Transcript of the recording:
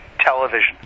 television